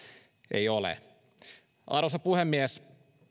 ei ole arvoisa puhemies